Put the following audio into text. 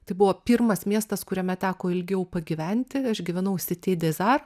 tai buvo pirmas miestas kuriame teko ilgiau pagyventi aš gyvenau sity dezar